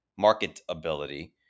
marketability